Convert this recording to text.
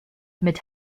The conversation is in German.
mit